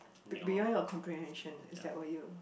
be~ behind your comprehension is that why you